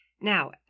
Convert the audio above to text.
Now